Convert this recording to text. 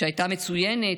שהייתה מצוינת.